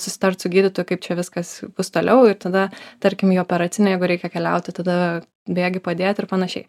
susitart su gydytoju kaip čia viskas bus toliau ir tada tarkim į operacinę jeigu reikia keliauti tada bėgi padėt ir panašiai